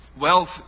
Wealth